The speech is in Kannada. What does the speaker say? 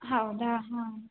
ಹೌದಾ ಹಾಂ